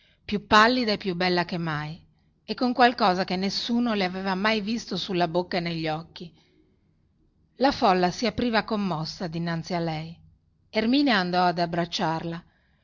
più pallida e più bella che mai e con qualcosa che nessuno le aveva mai visto sulla bocca e negli occhi la folla si apriva commossa dinanzi a lei erminia andò ad abbracciarla